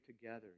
together